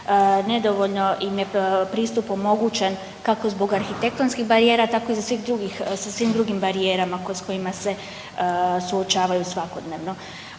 nedovoljno im je pristup omogućen kako zbog arhitektonskih barijera, tako i sa svim drugim barijerama s kojima suočavaju svakodnevno.